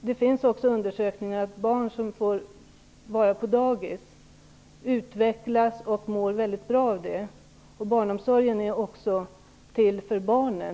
Det finns undersökningar som säger att barn som får vara på dagis utvecklas och mår mycket bra av det. Barnomsorgen är också till för barnen.